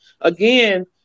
Again